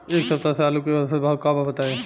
एक सप्ताह से आलू के औसत भाव का बा बताई?